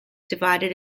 divided